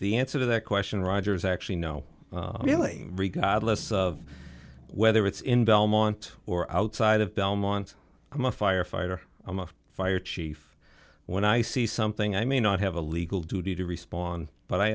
the answer to that question roger is actually no really regardless of whether it's in belmont or outside of belmont i'm a firefighter i'm a fire chief when i see something i may not have a legal duty to respond but i